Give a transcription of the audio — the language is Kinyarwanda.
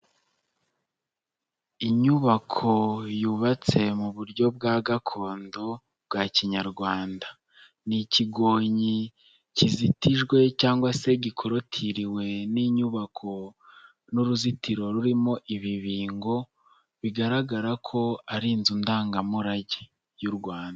Inyubako yubatse mu buryo bwa gakondo bwa kinyarwanda, ni ikigonyi kizitijwe cyangwag se gikotiriwe n'inyubako n'uruzitiro rurimo ibibingo, bigaragara ko ari inzu ndangamurage y'u Rwanda.